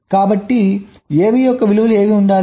కాబట్టి AB యొక్క విలువలు ఏవి ఉండాలి